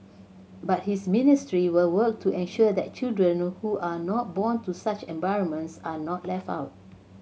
but his ministry will work to ensure that children who are not born to such environments are not left out